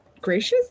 gracious